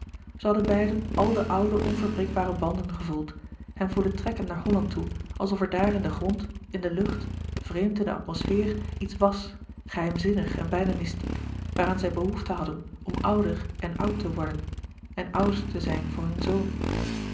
zij hadden beiden al de oude onverbreekbare banden gevoeld hen voelen trekken naar holland toe alsof er daar in den grond in de lucht vreemd in de atmosfeer iets was geheimzinnig en bijna mystiek waaraan zij behoefte hadden om ouder en oud te worden en ouders te zijn voor hun zoon